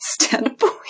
standpoint